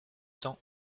temps